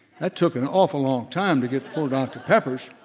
that took an awful long time to get four dr. peppers,